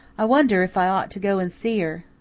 i wonder if i ought to go and see her,